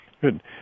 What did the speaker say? Good